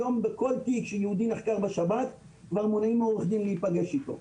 היום בכל תיק של יהודי שנחקר בשב"כ מונעים מעורך דין להיפגש איתו.